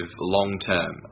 long-term